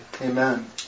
Amen